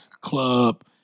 club